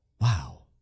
Wow